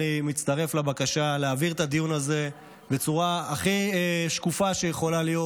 אני מצטרף לבקשה להעביר את הדיון הזה בצורה הכי שקופה שיכולה להיות,